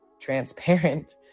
transparent